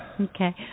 Okay